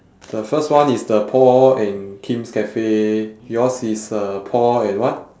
the first one is the paul and kim's cafe yours is uh paul and what